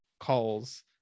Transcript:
calls